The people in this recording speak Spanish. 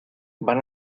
van